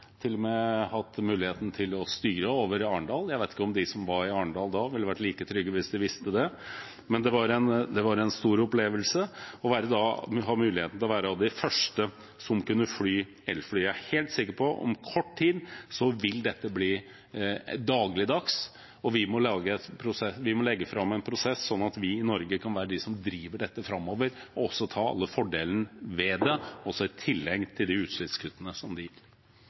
hatt muligheten til å styre over Arendal. Jeg vet ikke om de som var i Arendal da, ville vært like trygge hvis de visste det, men det var en stor opplevelse å ha muligheten til å være av de første som kunne fly elfly. Jeg er helt sikker på at dette om kort tid vil være dagligdags. Vi må legge fram en prosess sånn at vi i Norge kan være dem som driver dette framover, og også ta alle fordelene ved det i tillegg til utslippskuttene det gir.